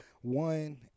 One